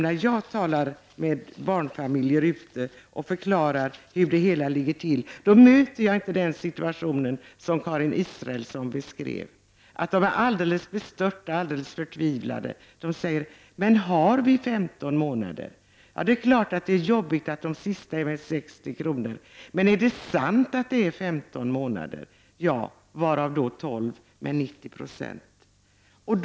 När jag talar med barnfamiljer ute i landet och förklarar hur det hela ligger till möter jag inte den situation som Karin Israelsson beskrev, att de är alldeles bestörta, alldeles förtvivlade. De säger: Har vi 15 månader? Det är klart att det är jobbigt att de sista månadernas ersättning är med 60 kr. Men är det sant att det är 15 månader? Ja, varav 12 med 90 96 ersättning.